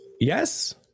Yes